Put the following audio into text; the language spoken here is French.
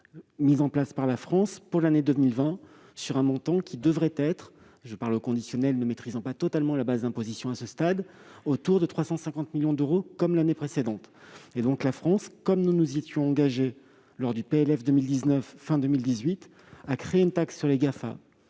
mise en place par la France pour l'année 2020. Le montant devrait être- je parle au conditionnel, ne maîtrisant pas totalement la base d'imposition à ce stade -, autour de 350 millions d'euros, comme l'année précédente. Ainsi, la France, comme nous nous y étions engagés lors du PLF 2019, à la fin de l'année 2018, a créé une taxe sur les Gafam